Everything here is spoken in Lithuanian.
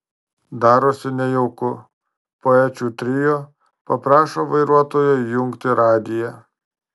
darosi nejauku poečių trio paprašo vairuotojo įjungti radiją